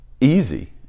Easy